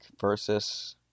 versus